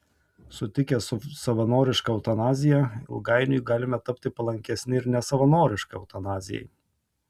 sutikę su savanoriška eutanazija ilgainiui galime tapti palankesni ir nesavanoriškai eutanazijai